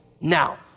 Now